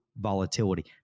volatility